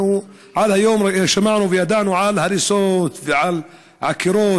עד היום שמענו וידענו על הריסות ועל עקירות,